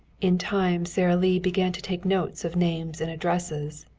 in time sara lee began to take notes of names and addresses,